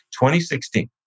2016